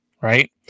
right